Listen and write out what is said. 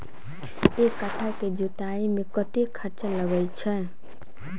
एक कट्ठा केँ जोतय मे कतेक खर्चा लागै छै?